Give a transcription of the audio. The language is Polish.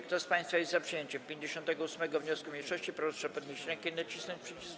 Kto z państwa jest za przyjęciem 38. wniosku mniejszości, proszę podnieść rękę i nacisnąć przycisk.